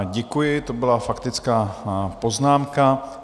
Děkuji, to byla faktická poznámka.